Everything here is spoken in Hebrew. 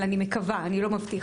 אבל אני מקווה, אני לא מבטיחה.